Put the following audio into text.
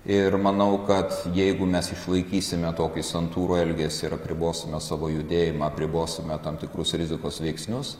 ir manau kad jeigu mes išlaikysime tokį santūrų elgesį ir apribosime savo judėjimą apribosime tam tikrus rizikos veiksnius